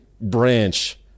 branch